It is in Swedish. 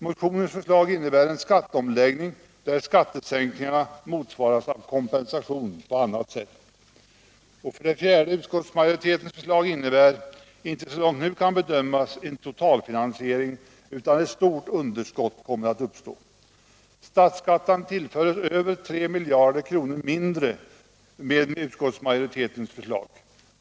Motionens förslag innebär en skatteomläggning där skattesänkningarna motsvaras av kompensation på annat sätt. 4. Utskottsmajoritetens förslag innebär icke, så långt nu kan bedömas, en totalfinansiering, utan ett stort underskott kommer att uppstå. Statskassan tillförs över 3 miljarder mindre med utskottsmajoritetens förslag.